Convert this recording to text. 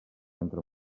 entren